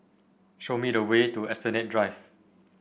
show me the way to Esplanade Drive